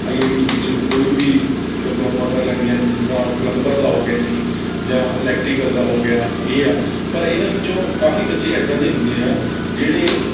I T I ਵਿੱਚ ਕੋਈ ਵੀ ਡਿਪਲੋਮਾ ਕਰ ਲੈਂਦੇ ਹਨ ਜਿੱਦਾਂ ਪਲੰਬਰ ਦਾ ਹੋ ਗਿਆ ਜੀ ਜਾਂ ਇਲੈਕਟ੍ਰੀਕਲ ਦਾ ਹੋ ਗਿਆ ਇਹ ਆ ਪਰ ਇਨ੍ਹਾਂ ਵਿੱਚੋਂ ਕਾਫੀ ਬੱਚੇ ਏਦਾਂ ਦੇ ਹੁੰਦੇ ਆ ਜਿਹੜੇ